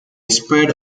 spread